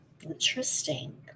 Interesting